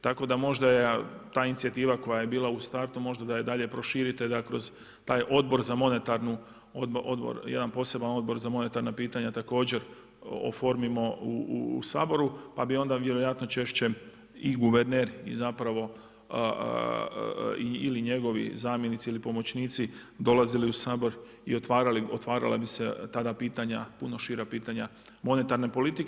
Tako da možda da inicijativa koja je bila u startu možda da je dalje proširite da kroz taj odbor za monetarnu, jedan poseban odbor za monetarna pitanja također oformimo u Saboru pa bi onda vjerojatno češće i guverner ili njegovi zamjenici i pomoćnici dolazili u Sabor i otvarala bi se tada pitanja, puno šira pitanja monetarne politike.